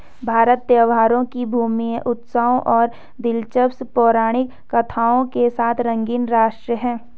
भारत त्योहारों की भूमि है, उत्सवों और दिलचस्प पौराणिक कथाओं के साथ रंगीन राष्ट्र है